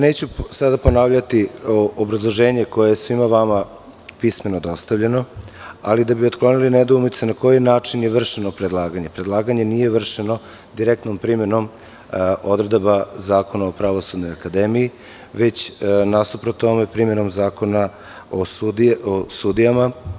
Neću sada ponavljati obrazloženje koje je svima vama pismeno dostavljeno, ali da bi otklonili nedoumice na koji je način je vršeno predlaganje - predlaganje nije vršeno direktnom primenom odredaba Zakona o Pravosudnoj akademiji, već nasuprot tome primenom Zakona o sudijama.